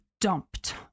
dumped